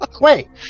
Wait